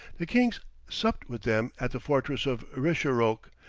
the kings supped with them at the fortress of richeroque,